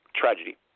tragedy